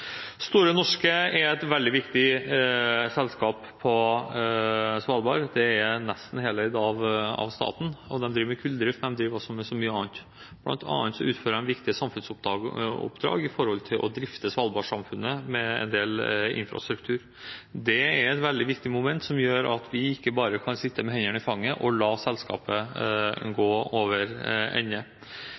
Store Norske er et veldig viktig selskap på Svalbard. Det er nesten heleid av staten. De driver med kulldrift, og de driver også med så mye annet. Blant annet utfører de viktige samfunnsoppdrag når det gjelder å drifte svalbardsamfunnet med en del infrastruktur. Det er et veldig viktig moment som gjør at vi ikke bare kan sitte med hendene i fanget og la selskapet gå over ende.